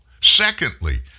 Secondly